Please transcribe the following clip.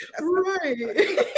Right